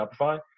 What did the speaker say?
Shopify